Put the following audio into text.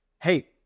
Hey